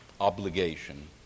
obligation